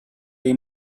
they